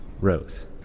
rows